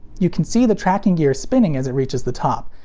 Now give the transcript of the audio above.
you can see the tracking gear spinning as it reaches the top.